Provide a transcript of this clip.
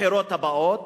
בבחירות הבאות,